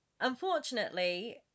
Unfortunately